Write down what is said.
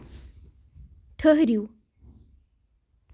ٹھٕرِو